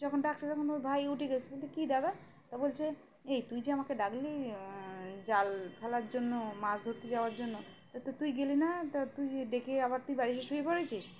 যখন ডাকছে তখন ওর ভাই উঠে গেছে বল তি কী দাদা তা বলছে এই তুই যে আমাকে ডাকলি জাল ফেলার জন্য মাছ ধরতে যাওয়ার জন্য তা তো তুই গেলি না তা তুই ডেকে আবার তুই বাড়ি শে শুয়ে পড়েছিস